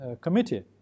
committee